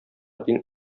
дин